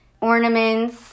ornaments